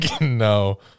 no